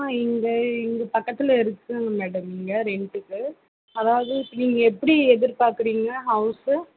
ஆ இங்கே இங்கே பக்கத்தில் இருக்குது மேடம் இங்கே ரெண்ட்டுக்கு அதாவது இப்போ நீங்கள் எப்படி எதிர்பார்க்குறீங்க ஹவுஸு